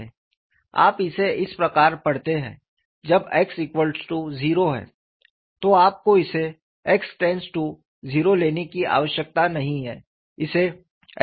आप इसे इस प्रकार पढ़ते हैं जब x0 है तो आपको इसे x टेंड्स टू 0 लेने की आवश्यकता नहीं है इसे x0 पढ़ें